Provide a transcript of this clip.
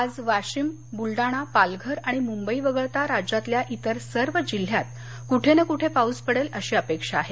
आज वाशिम बुलडाणा पालघर आणि मुंबई वगळता राज्यातल्या इतर सर्व जिल्ह्यात कुठे ना कुठे पाऊस पडेल अशी अपेक्षा आहे